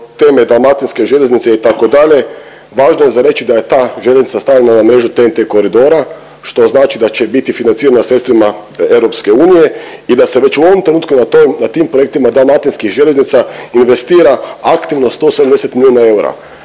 teme dalmatinske željeznice itd.. Važno je za reći da je ta željeznica stavljena na mrežu TEN-T koridora, što znači da će biti financirana sredstvima EU i da se već u ovom trenutku na toj, na tim projektima dalmatinskih željeznica investira aktivno 170 milijuna eura.